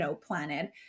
planet